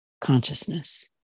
consciousness